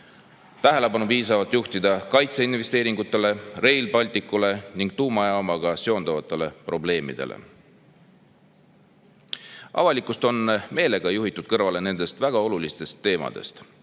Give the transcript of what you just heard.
tähelepanu piisavalt kaitseinvesteeringutele, Rail Balticule ning tuumajaamaga seonduvatele probleemidele. Avalikkust on meelega juhitud kõrvale nendest väga olulistest teemadest.